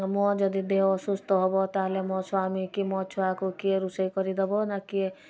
ମୋ ଯଦି ଦେହ ଅସୁସ୍ଥ ହେବ ତା'ହେଲେ ମୋ ସ୍ବାମୀ କି ମୋ ଛୁଆକୁ କିଏ ରୋଷେଇ କରି ଦେବ ନାଁ କିଏ